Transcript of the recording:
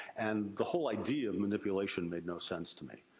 and the whole idea of manipulation made no sense to me.